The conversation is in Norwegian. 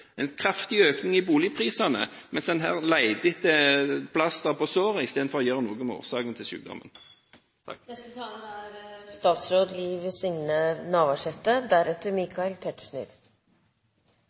en kraftig økning i boligprisene, mens en leter etter plaster på såret i stedet for å gjøre noe med årsaken til sykdommen. Det er interessant å følgje debatten i salen i dag. Det er